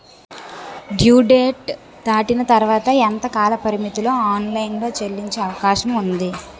Due date దాటిన తర్వాత ఎంత కాలపరిమితిలో ఆన్ లైన్ లో చెల్లించే అవకాశం వుంది?